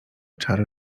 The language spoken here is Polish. czar